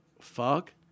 fuck